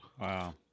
Wow